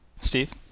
steve